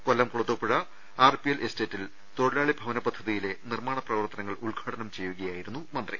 കൊല്ലം Kulathupuzha RPL എസ്റ്റേറ്റിൽ തൊഴിലാളി ഭവന പദ്ധതിയിലെ നിർമ്മാണ പ്രവർത്തനങ്ങൾ ഉദ്ഘാടനം ചെയ്യുകയായിരുന്നു മന്ത്രി